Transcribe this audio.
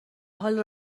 حال